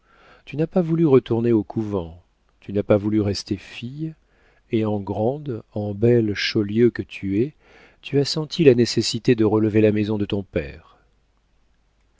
tu n'as pas voulu retourner au couvent tu n'as pas voulu rester fille et en grande en belle chaulieu que tu es tu as senti la nécessité de relever la maison de ton père